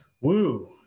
Woo